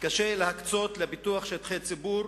קשה להקצות לפיתוח שטחי ציבור,